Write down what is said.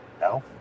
no